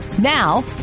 Now